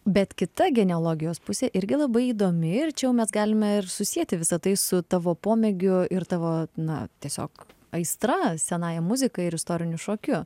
bet kita genealogijos pusė irgi labai įdomi ir čia jau mes galime ir susieti visa tai su tavo pomėgiu ir tavo na tiesiog aistra senąja muzika ir istoriniu šokiu